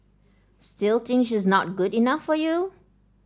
still think she's not good enough for you